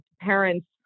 parents